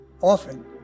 often